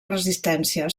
resistència